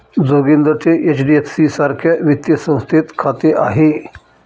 जोगिंदरचे एच.डी.एफ.सी सारख्या वित्तीय संस्थेत खाते आहे